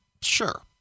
Sure